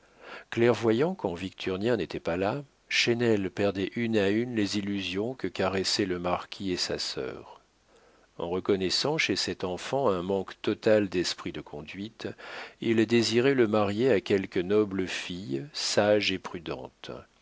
clairvoyant quand victurnien n'était pas là chesnel perdait une à une les illusions que caressaient le marquis et sa sœur en reconnaissant chez cet enfant un manque total d'esprit de conduite il désirait le marier à quelque noble fille sage et prudente